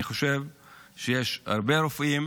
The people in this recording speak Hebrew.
אני חושב שיש הרבה הרופאים,